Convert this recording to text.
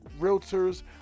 realtors